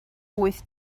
wyth